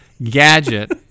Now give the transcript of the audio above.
Gadget